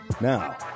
Now